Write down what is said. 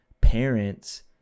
parents